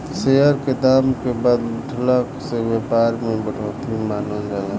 share के दाम के बढ़ला से व्यापार में बढ़ोतरी मानल जाला